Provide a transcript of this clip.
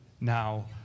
now